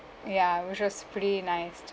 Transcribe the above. ya which was pretty nice to